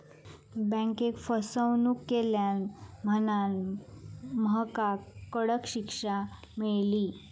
बँकेक फसवणूक केल्यान म्हणांन महकाक कडक शिक्षा मेळली